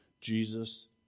Jesus